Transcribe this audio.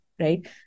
right